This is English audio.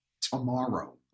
tomorrow